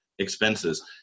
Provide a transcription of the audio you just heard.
Expenses